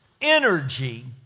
energy